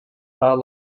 are